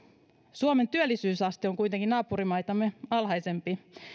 suomen työllisyysaste on kuitenkin naapurimaitamme alhaisempi